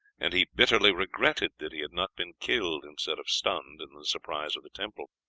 and he bitterly regretted that he had not been killed instead of stunned in the surprise of the temple.